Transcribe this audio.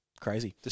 crazy